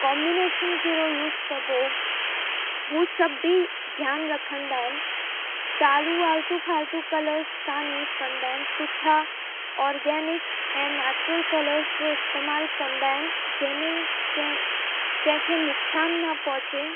combination कहिड़ो use कबो हू सब बि ध्यानु रखंदा आहिनि चालू आलतू फ़ालतू कलर्स कोन्ह यूज़ कंदा आहिनि सुठा ऑर्गेनिक ऐं नेचुरल कलर्स जो इस्तेमाल कंदा आहिनि जंहिंमें कंहिं कंहिंखे नुकसानु न पहुंचे